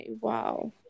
wow